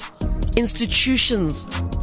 institutions